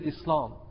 Islam